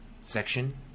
section